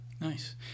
Nice